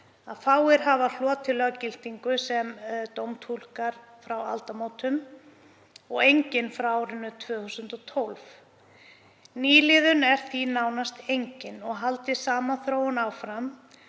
að fáir hafa hlotið löggildingu sem dómtúlkar frá aldamótum og enginn frá árinu 2012. Nýliðun er því nánast engin og haldi sama þróun áfram